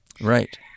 Right